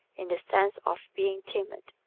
in the sense of being timid.